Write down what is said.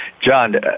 John